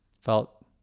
felt